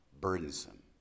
burdensome